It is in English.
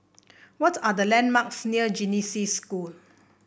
what are the landmarks near Genesis School